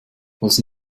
falls